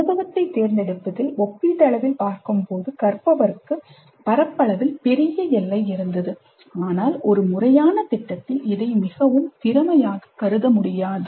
அனுபவத்தைத் தேர்ந்தெடுப்பதில் ஒப்பீட்டளவில் பார்க்கும்போது கற்பவருக்கு பரப்பளவில் பெரிய எல்லை இருந்தது ஆனால் ஒரு முறையான திட்டத்தில் இதை மிகவும் திறமையாக கருத முடியாது